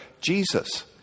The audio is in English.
Jesus